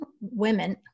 women